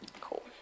Cool